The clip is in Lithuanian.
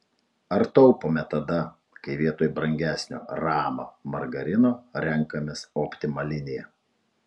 ar taupome tada kai vietoj brangesnio rama margarino renkamės optima liniją